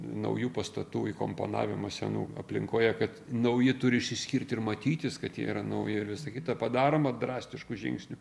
naujų pastatų įkomponavimo senų aplinkoje kad nauji turi išsiskirti ir matytis kad jie yra nauji ir visa kita padaroma drastiškų žingsnių